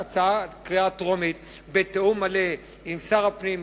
בקריאה טרומית בתיאום מלא עם שר הפנים,